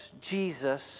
Jesus